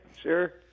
sure